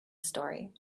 story